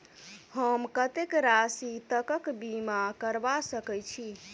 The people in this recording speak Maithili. हम कत्तेक राशि तकक बीमा करबा सकै छी?